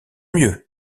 mieux